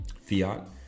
fiat